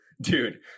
dude